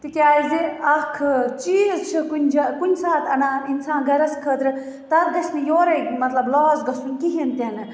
تکیٛازِ اکھ چیٖز چھُ کُنہِ جایہِ کُنہِ ساتہٕ اَنان اِنسان گَرَس خٲطرٕ تتھ گَژھِ نہٕ یوٚرٕے مَطلَب لاس گَژھُن کِہیٖنٛۍ تہِ نہٕ